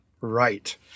Right